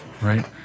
right